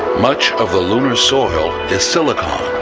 much of the lunar soil is silicon.